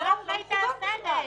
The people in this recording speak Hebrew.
מה זה ענת?